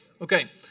Okay